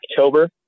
October